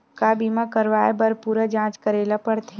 का बीमा कराए बर पूरा जांच करेला पड़थे?